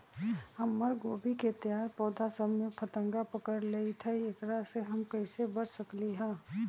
हमर गोभी के तैयार पौधा सब में फतंगा पकड़ लेई थई एकरा से हम कईसे बच सकली है?